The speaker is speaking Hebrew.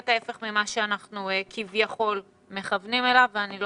מהרגע שקבענו את הדיון, ועד